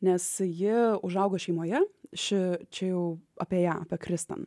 nes ji užaugo šeimoje ši čia jau apie ją kristian